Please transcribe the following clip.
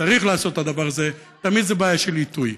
צריך לעשות את הדבר הזה, תמיד זו בעיה של עיתוי.